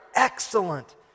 excellent